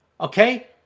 Okay